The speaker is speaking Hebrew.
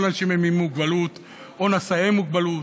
כל האנשים הם עם מוגבלות או נשאי מוגבלות,